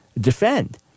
defend